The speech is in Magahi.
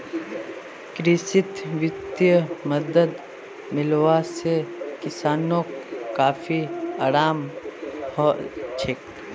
कृषित वित्तीय मदद मिलवा से किसानोंक काफी अराम हलछोक